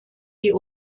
die